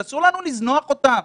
שאסור לנו לזנוח אותם.